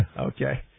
Okay